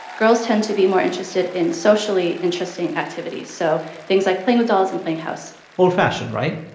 girls tend to be more interested in socially interesting activities, so things like playing with dolls and playing house old-fashioned, right?